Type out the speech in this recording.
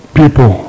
people